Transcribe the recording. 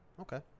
Okay